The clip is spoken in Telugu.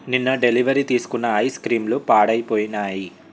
నిన్న డెలివరీ తీసుకున్న ఐస్క్రీమ్లు పాడైపోయినాయి